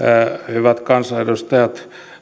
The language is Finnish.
hyvät kansanedustajat